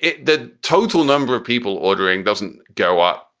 the total number of people ordering doesn't go up